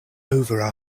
over